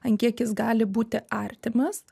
ant kiek jis gali būti artimas